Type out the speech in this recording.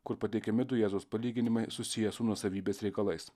kur pateikiami du jėzaus palyginimai susiję su nuosavybės reikalais